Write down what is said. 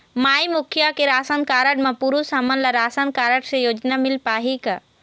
माई मुखिया के ration card म पुरुष हमन ला राशन कारड से योजना मिल पाही का?